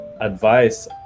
Advice